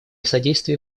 содействии